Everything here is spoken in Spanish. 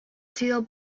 sido